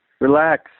Relax